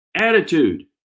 Attitude